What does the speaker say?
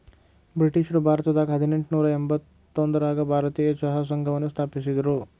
ಬ್ರಿಟಿಷ್ರು ಭಾರತದಾಗ ಹದಿನೆಂಟನೂರ ಎಂಬತ್ತೊಂದರಾಗ ಭಾರತೇಯ ಚಹಾ ಸಂಘವನ್ನ ಸ್ಥಾಪಿಸಿದ್ರು